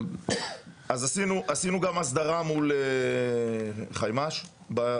עשינו גם הסדרה מול חימ"ש (חינוך משלים)